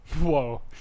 whoa